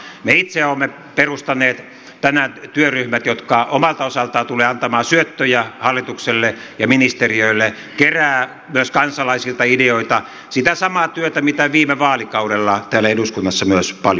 me itse olemme perustaneet nämä työryhmät jotka omalta osaltaan tulevat antamaan syöttöjä hallitukselle ja ministeriöille keräävät myös kansalaisilta ideoita tekevät sitä samaa työtä mitä viime vaalikaudella täällä eduskunnassa myös paljon tehtiin